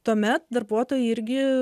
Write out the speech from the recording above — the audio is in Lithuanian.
tuomet darbuotojai irgi